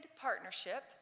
partnership